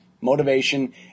motivation